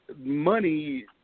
money